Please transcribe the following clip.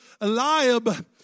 Eliab